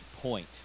point